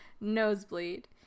nosebleed